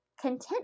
content